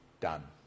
done